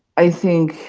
i think